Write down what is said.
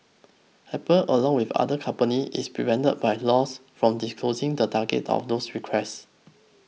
apple along with other company is prevented by laws from disclosing the targets of those requests